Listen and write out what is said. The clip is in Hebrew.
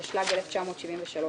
התשל"ג 1973,